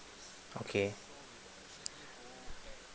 okay